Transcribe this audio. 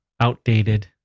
outdated